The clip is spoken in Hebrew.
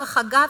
דרך אגב,